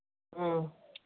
ꯎꯝ